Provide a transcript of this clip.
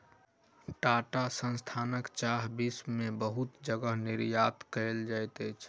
टाटा संस्थानक चाह विश्व में बहुत जगह निर्यात कयल जाइत अछि